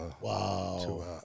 Wow